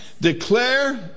Declare